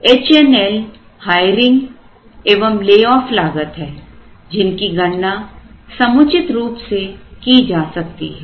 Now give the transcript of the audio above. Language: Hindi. H L hiring and layoff लागत है जिनकी गणना समुचित रूप से की जा सकती है